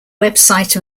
website